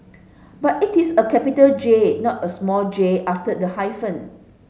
but it is a capital J not a small J after the hyphen